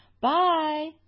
bye